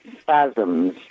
spasms